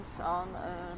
on